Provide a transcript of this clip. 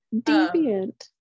Deviant